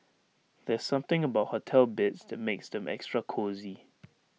there's something about hotel beds that makes them extra cosy